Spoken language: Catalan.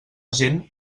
gent